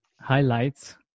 highlights